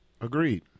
Agreed